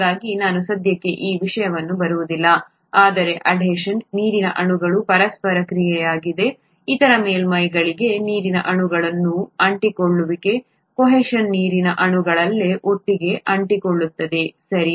ಹಾಗಾಗಿ ನಾನು ಸದ್ಯಕ್ಕೆ ಈ ವಿಷಯಕ್ಕೆ ಬರುವುದಿಲ್ಲ ಆದರೆ ಅಡೇಷನ್ ನೀರಿನ ಅಣುಗಳ ಪರಸ್ಪರ ಕ್ರಿಯೆಯಾಗಿದೆ ಇತರ ಮೇಲ್ಮೈಗಳಿಗೆ ನೀರಿನ ಅಣುಗಳ ಅಂಟಿಕೊಳ್ಳುವಿಕೆ ಕೋಹೆಷನ್ ನೀರಿನ ಅಣುಗಳಲ್ಲೇ ಒಟ್ಟಿಗೆ ಅಂಟಿಕೊಳ್ಳುತ್ತದೆ ಸರಿ